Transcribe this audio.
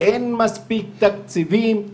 אין מספיק תקציבים,